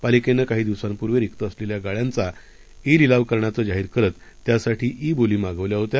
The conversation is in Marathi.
पालिकेनं काही दिवसांपूर्वी रिक्त असलेल्या गाळ्यांचा ई लिलाव करण्याचं जाहीर करत त्यासाठी ई बोली मागवल्या होत्या